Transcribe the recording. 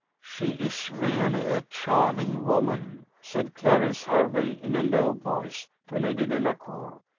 she is really a charming woman, said clarence hervey, in a low voice, to lady delacour,